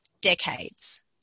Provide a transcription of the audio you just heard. Decades